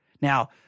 Now